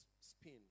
spin